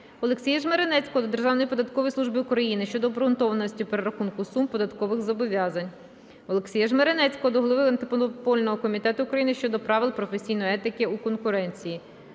Олексія Жмеренецького до Державної податкової служби України щодо обґрунтованості перерахунку сум податкових зобов'язань. Олексія Жмеренецького до Голови Антимонопольного комітету України щодо правил професійної етики у конкуренції.